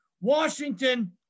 washington